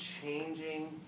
changing